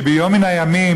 כי ביום מן הימים,